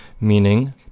meaning